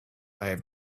have